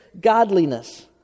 godliness